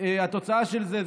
התוצאה של זה,